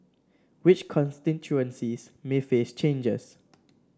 which constituencies may face changes